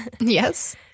yes